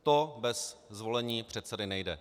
To bez zvolení předsedy nejde.